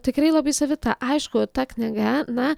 tikrai labai savita aišku ta knyga na